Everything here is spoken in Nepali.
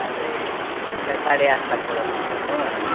अरे तिमीलाई साढे आठ लाखको रक्सी खुवाउनु